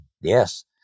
Yes